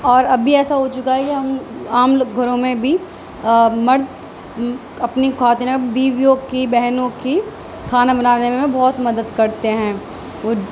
اور اب بھی ایسا ہو چکا ہے کہ ہم عام لوگ گھروں میں بھی مرد اپنی خواتین بیویوں کی بہنوں کی کھانا بنانے میں بہت مدد کرتے ہیں وہ